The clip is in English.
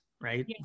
right